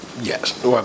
yes